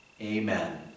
Amen